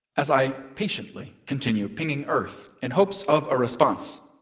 as i patiently continue pining earth in hopes of a response,